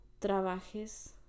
trabajes